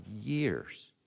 years